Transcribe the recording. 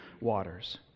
waters